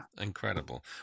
Incredible